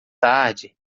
tarde